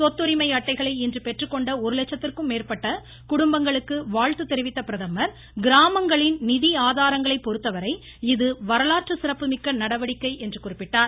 சொத்துரிமை அட்டைகளை இன்று பெற்றுக்கொண்ட ஒரு லட்சத்திற்கும் மேற்பட்ட குடும்பங்களுக்கு வாழ்த்து தெரிவித்த பிரதமர் கிராமங்களின் நிதி ஆதாரங்களைப் பொறுத்தவரை இது வரலாற்று சிறப்பு மிக்க நடவடிக்கை என்று குறிப்பிட்டார்